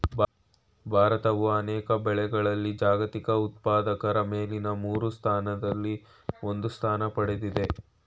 ಭಾರತವು ಅನೇಕ ಬೆಳೆಗಳಲ್ಲಿ ಜಾಗತಿಕ ಉತ್ಪಾದಕರ ಮೇಲಿನ ಮೂರು ಸ್ಥಾನಗಳಲ್ಲಿ ಒಂದು ಸ್ಥಾನ ಪಡೆದಿದೆ